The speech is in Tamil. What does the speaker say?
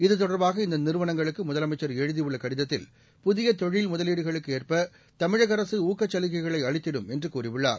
இது தொடா்பாக இந்த நிறுவனங்களுக்கு முதலமைச்ச் எழுதியுள்ள கடிதத்தில் புதிய தொழில் முதலீடுகளுக்கு ஏற்ப தமிழக அரசு ஊக்கச்சலுகைகளை அளித்திடும் என்று கூறியுள்ளார்